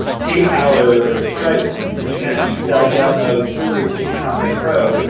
paypal or or stripe, and you can actually sell downloads through restrict content pro.